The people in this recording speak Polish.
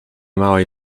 małej